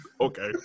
okay